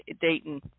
Dayton